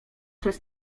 przed